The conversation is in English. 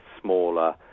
smaller